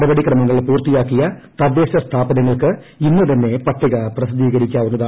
നടപടിക്രമങ്ങൾ പൂർത്തിയാക്കിയ തദ്ദേശ സ്ഥാപനങ്ങൾക്ക് ഇന്നുതന്നെ പട്ടിക പ്രസിദ്ധീകരിക്കാവുന്നതാണ്